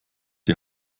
die